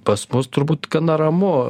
pas mus turbūt gana ramu